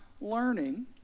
learning